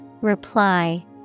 Reply